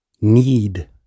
need